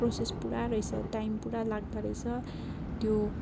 process पुरा रहेछ time पुरा लाग्दोरहेछ त्यो